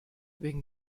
wegen